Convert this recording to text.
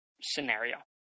scenario